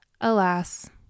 Alas